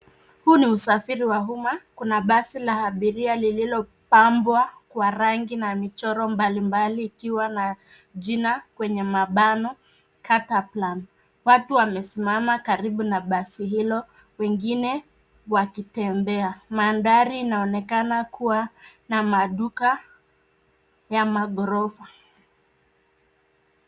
Huu ni usafiri wa uma kuna basi la abiria lililo pambwa kwa rangi na michoro mbali mbali ikiwa na jina kwenye mabano Cataplan. Watu karibu na basi hilo wengine wakitembea madhari inaonekana kuwa na maduka ya magorofa.